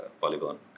Polygon